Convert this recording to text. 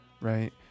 right